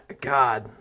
God